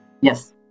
Yes